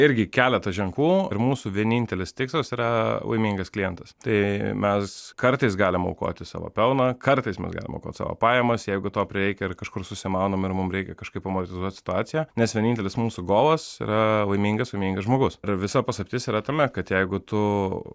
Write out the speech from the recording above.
irgi keletą ženklų ir mūsų vienintelis tikslas yra laimingas klientas tai mes kartais galim aukoti savo pelną kartais mes galim aukot savo pajamas jeigu to prireikia kažkur susimaunam ir mums reikia kažkaip amortizuoti situaciją nes vienintelis mūsų golas yra laimingas laimingas žmogus visa paslaptis yra tame kad jeigu tu